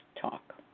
talk